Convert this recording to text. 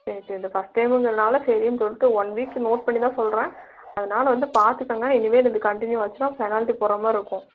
சரி சரி இந்த ஃபஸ்ட் டைமுங்கிறதால சரின்னு சொல்லிட்டு ஒன் வீக் நோட் பண்ணிதான் சொல்கிறேன் அதனால் வந்து பார்த்துக்கங்க இனிமேல் இது கண்டினியூ ஆச்சுன்னா பெனால்ட்டி போடுற மாதிரி இருக்கும்